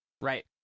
Right